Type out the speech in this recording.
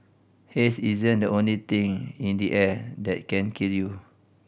haze isn't the only thing in the air that can kill you